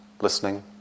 listening